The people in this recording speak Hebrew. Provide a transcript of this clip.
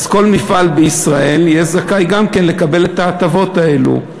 כל מפעל בישראל יהיה זכאי גם כן לקבל את ההטבות האלה,